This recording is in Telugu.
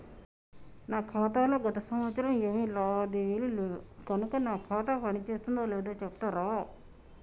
నా ఖాతా లో గత సంవత్సరం ఏమి లావాదేవీలు లేవు కనుక నా ఖాతా పని చేస్తుందో లేదో చెప్తరా?